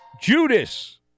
Judas